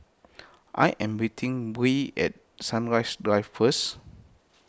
I am meeting Bree at Sunrise Drive first